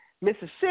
Mississippi